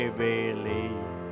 believe